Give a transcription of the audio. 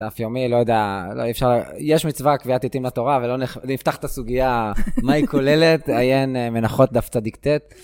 דף יומי, לא יודע, לא, אי אפשר, יש מצווה, קביעת עתים לתורה ולא נפתח את הסוגיה מה היא כוללת, עיין מנחות דף צ״ט.